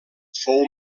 fou